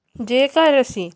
ਜੇਕਰ ਅਸੀਂ